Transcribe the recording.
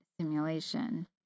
simulation